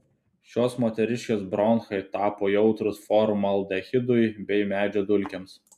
šios moteriškės bronchai tapo jautrūs formaldehidui bei medžio dulkėms